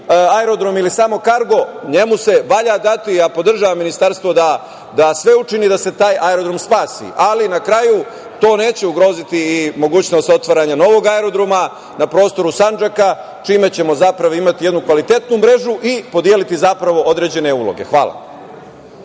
aerodrom ili samo kargo, njemu se valja dati i ja podržavam Ministarstvo da sve učini da se taj aerodrom spasi. Na kraju to neće ugroziti ni mogućnost otvaranja novog aerodroma na prostoru Sandžaka čime ćemo zapravo imati jednu kvalitetnu mrežu i podeliti zapravo određene uloge. Hvala